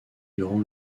durant